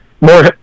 more